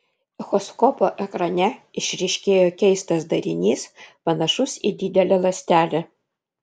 echoskopo ekrane išryškėjo keistas darinys panašus į didelę ląstelę